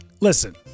listen